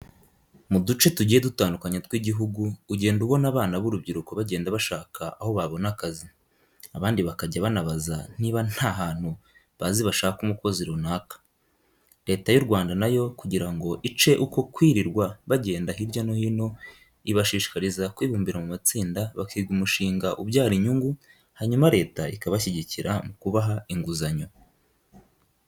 Mu duce tugiye dutandukanye tw'igihugu ugenda ubona abana b'urubyiruko bagenda bashaka aho babona akazi, abandi bakajya banabaza niba nta hantu bazi bashaka umukozi runaka. Leta y'u Rwanda nayo kugira ngo ice uko kwirirwa bagenda hirya no hino ibashishikariza kwibumbira mu matsinda bakiga umushinga ubyara inyungu hanyuma Leta ikabashyigikira mu kubaha inguzanyo.